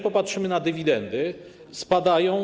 Popatrzmy na dywidendy - spadają.